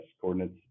coordinates